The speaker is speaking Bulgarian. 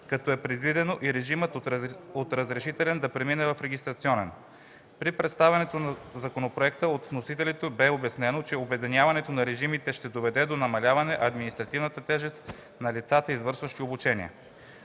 като е предвидено режимът от разрешителен да премине в регистрационен. При представянето на законопроекта от вносителите бе обяснено, че обединяването на режимите ще доведе до намаляване на административната тежест за лицата, извършващи обучение.